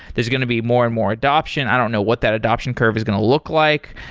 there's going to be more and more adoption. i don't know what that adoption curve is going to look like.